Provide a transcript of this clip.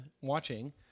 watching